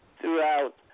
throughout